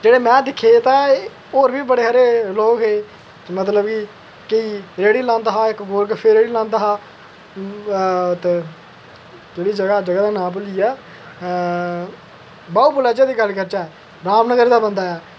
जेह्ड़े में दिक्खे दे तां होर बी बड़े सारे लोग हे मतलब कि कोई रेह्ड़ी लांदा हा इक गोलगफ्फे दी रेह्ड़ी लांदा हा ते केह्ड़ी जगह् जगह् दा नांऽ भु'ल्लिया बाहु प्लाजा दी गल्ल करचै रामनगर दा बंदा ऐ